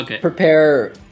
prepare